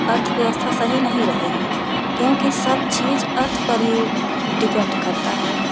अर्थव्यवस्था सही नहीं रहेगी क्योंकि सब चीज अर्थ पर ही डिपेंड करता है